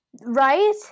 right